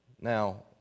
Now